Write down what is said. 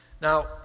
Now